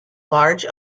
large